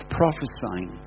prophesying